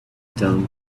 stone